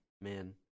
man